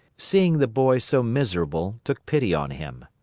seeing the boy so miserable, took pity on him.